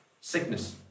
Sickness